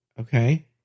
Okay